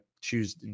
choose